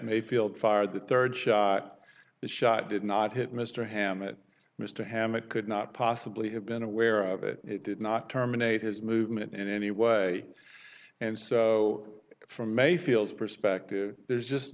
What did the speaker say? mayfield fired the third shot the shot did not hit mr hammett mr hammett could not possibly have been aware of it it did not terminate his movement in any way and so from mayfield's perspective there's just